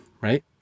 right